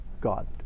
God